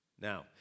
Now